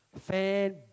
Fan